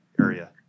area